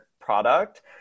product